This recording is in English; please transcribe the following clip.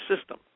system